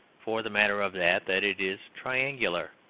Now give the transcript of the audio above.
for the matter of that, that it is triangular.